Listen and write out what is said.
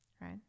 right